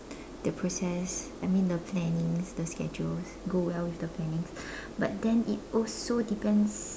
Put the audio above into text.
the process I mean the plannings the schedules go well with the plannings but then it also depends